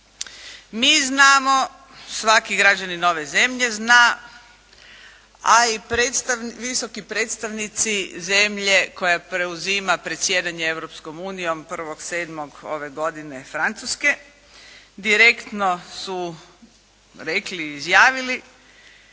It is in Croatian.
Mi znamo, svaki građanin ove zemlje zna a i visoki predstavnici zemlje koja preuzima predsjedanje Europskom unijom 1. 7. ove godine Francuske, direktno su rekli, izjavili